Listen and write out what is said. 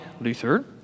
Luther